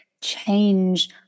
change